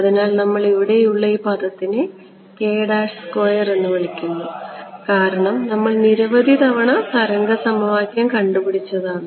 അതിനാൽ നമ്മൾ ഇവിടെയുള്ള ഈ പദത്തിനെ എന്ന് വിളിക്കുന്നു കാരണം നമ്മൾ നിരവധി തവണ തരംഗ സമവാക്യം കണ്ടുപിടിച്ചതാണ്